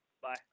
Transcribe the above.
Bye